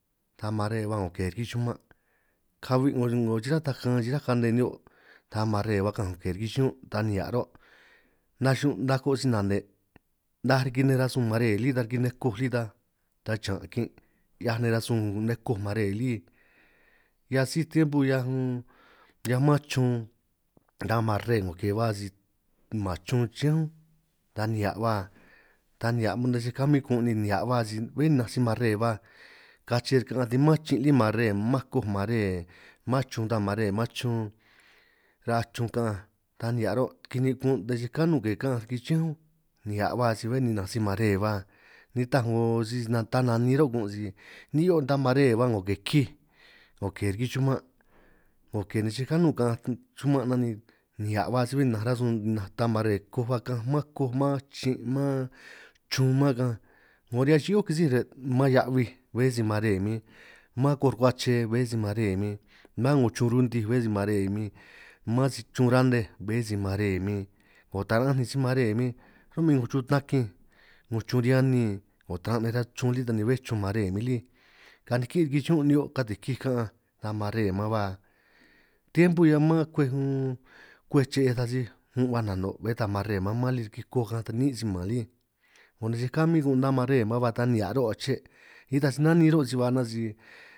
Ta mare hua ta o ke riki chuman' kahui chirá' takan chirá' kane nihio', ta mare ba kaanj ke riki chiñun' ta nihia' ro', naxun nako' si nane' 'naj riki nej rasun mare lí ta riki nej koj lí ta, ta xiñan' kin' 'hiaj nej rasun koj mare lí 'hiaj sij tiempo 'hiaj unn, hiaj man chun ta mare 'ngo ke hua si man chun chiñánj únj, ta nihia' ba ta nihia' umm nej si kahuin kun' ni nihia' ba si bé nnanj si mare ba kache re' kaanjt ni mán chin' lí mare, mán koj mare mán chun ta mare mán chun raa chun kaanj, ta nihia' ro' kinin' kun' ta sisi kanun ke kaanj riki chiñánj únj, nihia' ba si bé ninanj si mare ba ni nitaj 'ngo si si ta nanin ro' kun' si ni'hio ta mare ba 'ngo ke kij, 'ngo ke riki chuman' 'ngo ke nej chej kanun kaanj chuman' nan ni nihia' ba si bé nnanj rasun nnanj ta mare koj ba kaanj, mán koj mán chin' mán chun mán kaanj 'ngo riñan chió kisi re' mán hia'bij, bé si mare min mán koj rkuache bé si mare min mán 'ngo chun runtij bé si mare min, mán si chun rane bé si mare min 'ngo taran'anj ni si mare min, ru'min 'ngo chun tnakinj 'ngo chun reanin 'ngo taran' nej ra chun lí ta ni bé chun mare min lí, ka' nikin' riki chiñún' nihio' kati' kij kaanj ta mare maan ba, tiempo hia mán kwej unn kwej chee taj sij un' huaj nano' bé ta mare maan mán lí, riki koj kaanj taj ninj niin' si man lí 'ngo nej chej kahuin kun', ta mare maan hua ta nihia' ro' aché nitaj si nanin ro' si hua nan si.